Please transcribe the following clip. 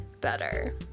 better